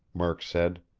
murk said.